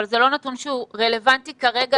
אבל זה לא נתון שהוא רלוונטי כרגע